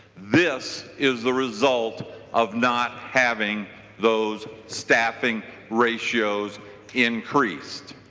this is the result of not having those staffing ratios increased.